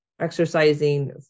exercising